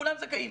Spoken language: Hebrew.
כולם זכאים.